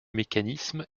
mécanisme